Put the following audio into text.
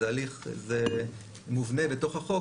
זה מובנה בתוך החוק,